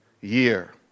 Year